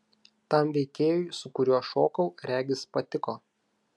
tam veikėjui su kuriuo šokau regis patiko